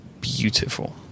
beautiful